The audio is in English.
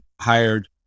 hired